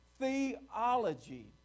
theology